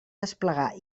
desplegar